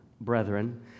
brethren